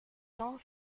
cents